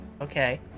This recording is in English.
Okay